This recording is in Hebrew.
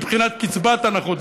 מבחינת קצבת הנכות.